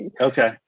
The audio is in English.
Okay